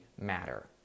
matter